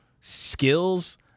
skills